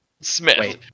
Smith